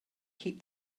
keep